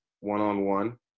one-on-one